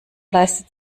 leistet